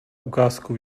ukázku